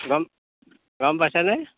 গম গম পাইছা নে